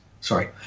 sorry